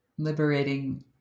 Liberating